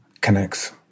connects